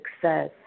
success